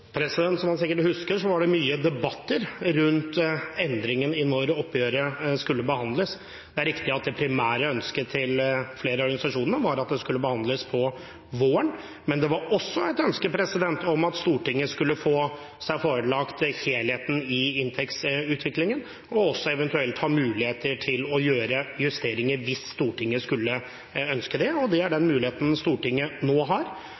Som man sikkert husker, var det mye debatt rundt endringen i når oppgjøret skulle behandles. Det er riktig at det primære ønsket til flere av organisasjonene var at det skulle behandles på våren. Men det var også et ønske om at Stortinget skulle få seg forelagt helheten i inntektsutviklingen og også eventuelt ha muligheter til å gjøre justeringer, hvis Stortinget skulle ønske det. Det er den muligheten som Stortinget nå har.